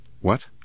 What